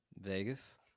vegas